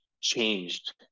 changed